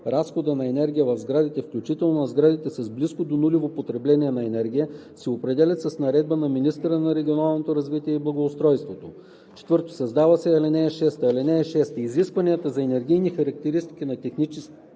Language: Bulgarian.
разхода на енергия в сградите, включително на сградите с близко до нулево потребление на енергия, се определят с наредба на министъра на регионалното развитие и благоустройството.“ 4. Създава се ал. 6: „(6) Изискванията за енергийните характеристики на техническите